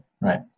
Right